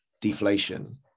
deflation